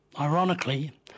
ironically